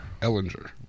Ellinger